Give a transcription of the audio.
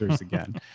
again